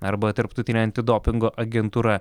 arba tarptautinė antidopingo agentūra